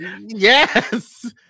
Yes